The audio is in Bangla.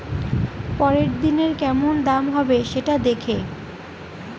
পরের দিনের কেমন দাম হবে, সেটা দেখে